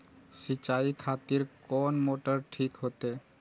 सीचाई खातिर कोन मोटर ठीक होते?